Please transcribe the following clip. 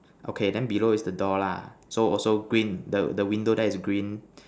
okay then below is the door lah so also green the the window there is green